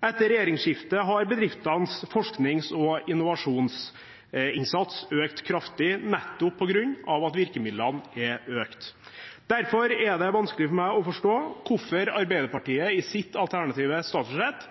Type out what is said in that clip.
Etter regjeringsskiftet har bedriftenes forsknings- og innovasjonsinnsats økt kraftig, nettopp på grunn av at virkemidlene er økt. Derfor er det vanskelig for meg å forstå hvorfor Arbeiderpartiet i sitt alternative statsbudsjett